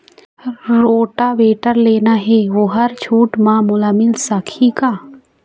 Rotavator लेना हे ओहर छूट म मोला मिल सकही का?